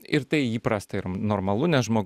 ir tai įprasta ir normalu nes žmo